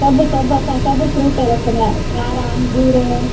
सभु सभु असां सभु फ्रूट रखंदा आहियूं कारा अंगूर